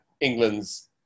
England's